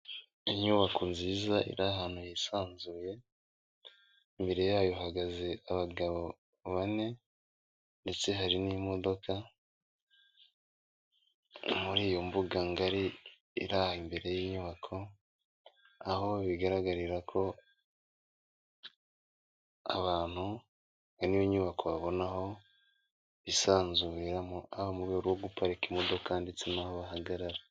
Inyubako nziza iri ahantu hisanzuye, imbere yayo hahagaze abagabo bane, ndetse hari n'imodoka muri iyo mbugari iri aho imbere y'inyubako. Aho bigaragarira ko abantu hamwe n'iyo nyubako babona aho bisanzuriramo mu rwego rwo guparika imodoka ndetse n'aho bahagarara.